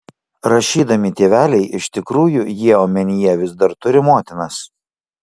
rašydami tėveliai iš tikrųjų jie omenyje vis dar turi motinas